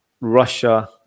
Russia